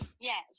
Yes